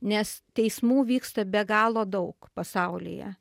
nes teismų vyksta be galo daug pasaulyje